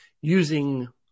using